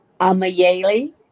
amayeli